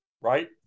right